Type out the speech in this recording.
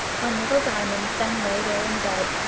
when little diamond, then, lay there in bed,